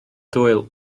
hwyl